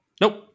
Nope